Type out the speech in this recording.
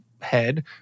head